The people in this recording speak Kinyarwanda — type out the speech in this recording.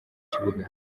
kibuga